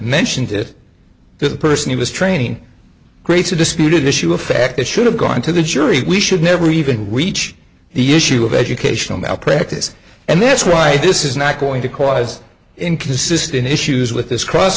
mentioned it to the person he was training grace the disputed issue a fact that should have gone to the jury we should never even reach the issue of educational malpractise and that's why this is not going to cause inconsistent issues with this c